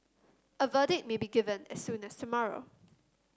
a verdict may be given as soon as tomorrow